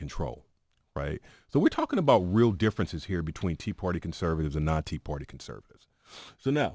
control right so we're talking about real differences here between tea party conservatives and the tea party conservatives so now